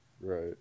Right